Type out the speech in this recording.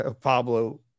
Pablo